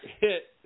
hit